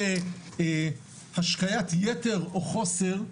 כל השקיית יתר או חוסר,